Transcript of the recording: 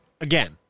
again